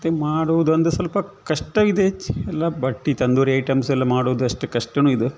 ಮತ್ತು ಮಾಡೋದೊಂದು ಸ್ವಲ್ಪ ಕಷ್ಟವಿದೆ ಚಿ ಎಲ್ಲ ಬಟ್ ಈ ತಂದೂರಿ ಐಟಮ್ಸ್ ಎಲ್ಲ ಮಾಡೋದ್ ಅಷ್ಟು ಕಷ್ಟ ಇದು